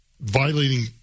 violating